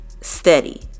steady